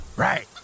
Right